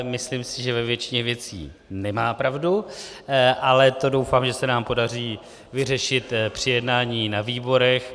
Myslím si, že ve většině věcí nemá pravdu, ale to doufám, že se nám podaří vyřešit při jednání na výborech.